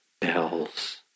bells